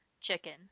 chicken